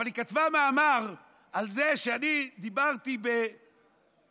אבל היא כתבה מאמר על זה שאני דיברתי בצורה